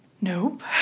Nope